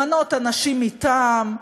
למנות אנשים-מטעם,